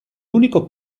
unico